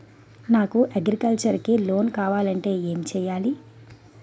నాకు అగ్రికల్చర్ కి లోన్ కావాలంటే ఏం చేయాలి?